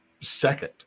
second